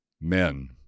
men